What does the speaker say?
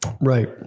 Right